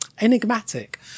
enigmatic